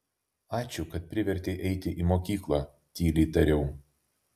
ačiū kad privertei eiti į mokyklą tyliai tariau